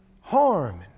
harm